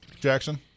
Jackson